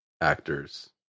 actors